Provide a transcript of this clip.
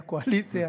מהקואליציה,